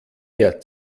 mehr